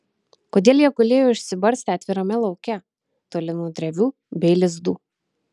kodėl jie gulėjo išsibarstę atvirame lauke toli nuo drevių bei lizdų